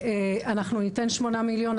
אנחנו ניתן שמונה מיליון,